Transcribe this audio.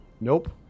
Nope